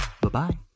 Bye-bye